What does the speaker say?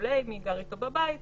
מי גר איתו בבית וכו'.